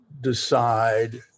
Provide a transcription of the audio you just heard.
Decide